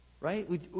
right